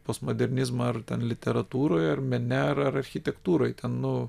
postmodernizmą ar literatūroje ar mene ar architektūroj ten nu